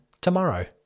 tomorrow